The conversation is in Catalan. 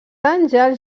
àngels